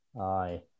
Aye